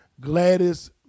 Gladys